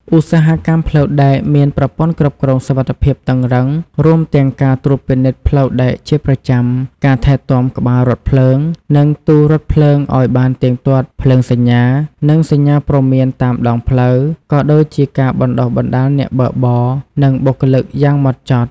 ឧស្សាហកម្មផ្លូវដែកមាន ប្រព័ន្ធគ្រប់គ្រងសុវត្ថិភាពតឹងរ៉ឹង រួមទាំងការត្រួតពិនិត្យផ្លូវដែកជាប្រចាំ ការថែទាំក្បាលរថភ្លើង និងទូរថភ្លើងឱ្យបានទៀងទាត់ ភ្លើងសញ្ញា និងសញ្ញាព្រមានតាមដងផ្លូវ ក៏ដូចជាការបណ្តុះបណ្តាលអ្នកបើកបរ និងបុគ្គលិកយ៉ាងម៉ត់ចត់។